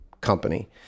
company